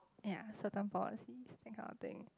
ya certain policies that kind of thing